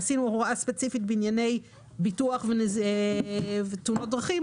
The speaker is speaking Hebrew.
עשינו הוראה ספציפית בענייני ביטוח ותאונות דרכים,